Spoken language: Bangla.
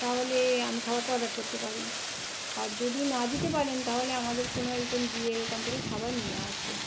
তাহলে আমি খাবারটা অর্ডার করতে পারি আর যদি না দিতে পারেন তাহলে আমাদের কোনও একজন গিয়ে ওখান থেকে খাবার নিয়ে আসবে